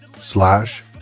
slash